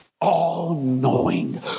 All-knowing